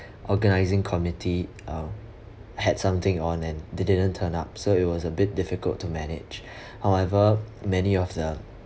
organising committee um had something on and they didn't turn up so it was a bit difficult to manage however many of the